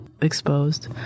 exposed